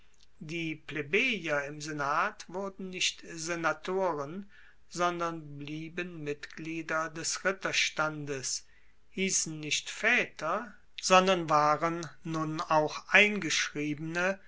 die plebejer im senat wurden nicht senatoren sondern blieben mitglieder des ritterstandes hiessen nicht vaeter sondern waren nun auch eingeschriebenen